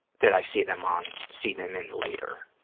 that i see them um see them in later.